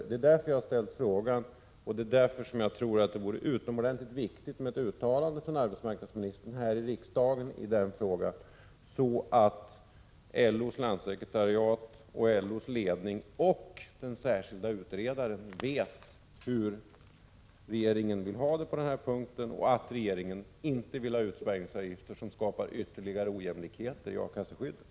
Det är därför jag har ställt frågan, och det är därför som jag tror att det vore utomordentligt viktigt med ett uttalande från arbetsmarknadsministern här i riksdagen i detta ärende, så att LO:s landssekretariat, LO:s ledning och den särskilda utredaren vet hur regeringen vill ha det på denna punkt, nämligen att regeringen inte vill ha utspärrningsavgifter som skapar ytterligare ojämlikheter i A-kasseskyddet.